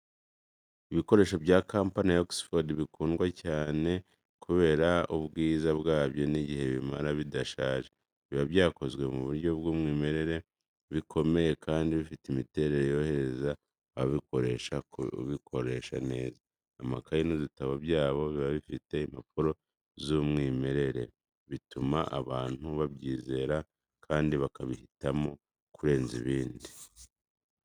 Ibikoresho bya kampani ya Oxford bikundwa cyane kubera ubwiza bwabyo n’igihe bimara bidashaje. Biba byakozwe mu buryo bw’umwimerere, bikomeye kandi bifite imiterere yorohereza ababikoresha kubikoresha neza. Amakayi n’udutabo byabo biba bifite impapuro z’umwimerere, zandikwaho neza kandi zidasesagura inkuru. Na none, ibikoresho bya Oxford bikunze kugaragara mu mashuri n’ahandi hakoreshwa imyandikire myiza, bituma abantu babyizera kandi bakabihitamo kurenza ibindi.